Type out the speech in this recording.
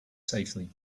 safely